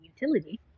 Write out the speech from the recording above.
utility